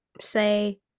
say